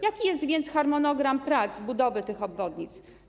Jaki jest więc harmonogram prac, budowy tych obwodnic?